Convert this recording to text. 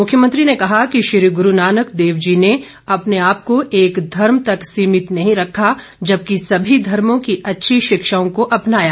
मुख्यमंत्री ने कहा कि श्री गुरू नानक देव जी ने अपने आपको एक धर्म तक सीमित नहीं रखा जबकि सभी धर्मों की अच्छी शिक्षाओं को अपनाया